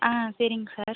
ஆ சரிங்க சார்